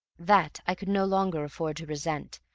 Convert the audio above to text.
that i could no longer afford to resent,